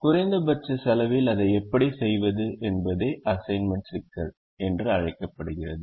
குறைந்தபட்ச செலவில் அதை எப்படி செய்வது என்பதே அசைன்மென்ட் சிக்கல் என்று அழைக்கப்படுகிறது